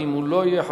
ואם הוא לא יהיה,